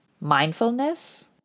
mindfulness